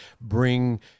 bring